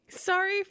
Sorry